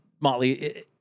Motley